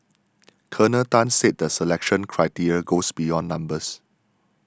Colonel Tan said the selection criteria goes beyond numbers